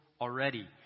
already